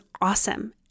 awesome